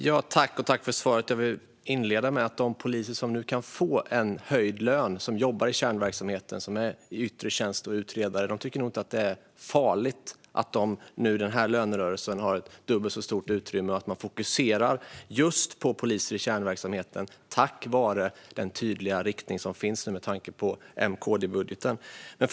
Fru talman! Tack för svaret! Jag vill inleda med att säga att de poliser som nu kan få höjd lön, de som jobbar i kärnverksamheten i yttre tjänst eller som utredare, tycker nog inte att det är farligt att de i denna lönerörelse har dubbelt så stort utrymme och att man fokuserar på just poliser i kärnverksamheten tack vare den tydliga riktning som nu finns i och med M-KD-budgeten.